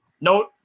No